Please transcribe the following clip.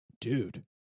dude